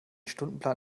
stundenplan